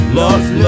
lost